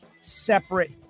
separate